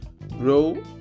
bro